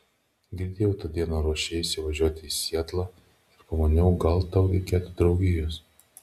girdėjau tą dieną ruošiesi važiuoti į sietlą ir pamaniau gal tau reikėtų draugijos